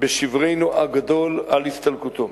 בשברנו הגדול על הסתלקותו.